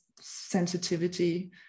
sensitivity